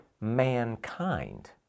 mankind